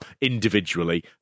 individually